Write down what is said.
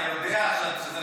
אתה יודע עכשיו שזה לא נכון.